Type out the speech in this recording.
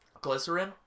Glycerin